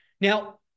Now